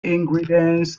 ingredients